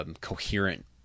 Coherent